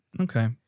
Okay